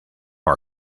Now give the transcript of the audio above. our